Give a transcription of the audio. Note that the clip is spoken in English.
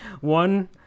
one